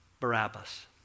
Barabbas